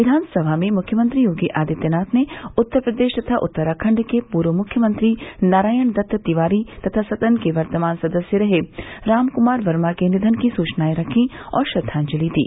विघानसभा में मुख्यमंत्री योगी आदित्यनाथ ने उत्तर प्रदेश तथा उत्तराखंड के पूर्व मुख्यमंत्री नारायण दत्त तिवारी तथा सदन के वर्तमान सदस्य रहे राम क्मार वर्मा के निघन की सुचनाए रखी और श्रद्वाजलि दी